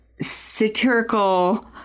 satirical